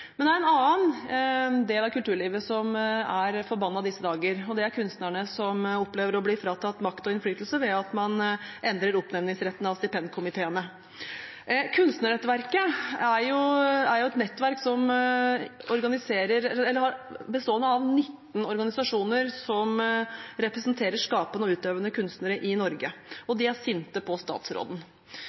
Men det er en annen del av kulturlivet som er forbannet i disse dager, og det er kunstnerne som opplever å bli fratatt makt og innflytelse ved at man endrer oppnevningsretten av stipendkomiteene. Kunstnernettverket er et nettverk bestående av 19 organisasjoner som representerer skapende og utøvende kunstnere i Norge, og de er sinte på statsråden.